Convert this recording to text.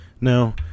Now